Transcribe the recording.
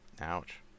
Ouch